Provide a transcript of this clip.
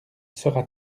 sera